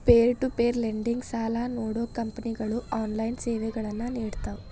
peer to peer lending ಸಾಲಾ ನೇಡೋ ಕಂಪನಿಗಳು ಆನ್ಲೈನ್ ಸೇವೆಗಳನ್ನ ನೇಡ್ತಾವ